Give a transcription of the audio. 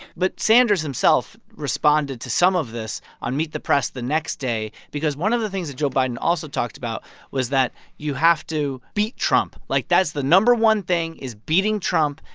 but sanders himself responded to some of this on meet the press the next day because one of the things that joe biden also talked about was that you have to beat trump. like, that's the no. one thing is beating trump.